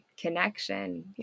connection